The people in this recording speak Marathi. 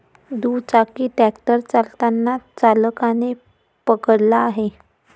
दुचाकी ट्रॅक्टर चालताना चालकाने पकडला आहे